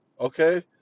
okay